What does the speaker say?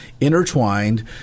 intertwined